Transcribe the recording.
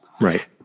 Right